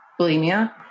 bulimia